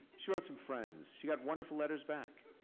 she wrote some friends. she got wonderful letters back.